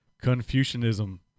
Confucianism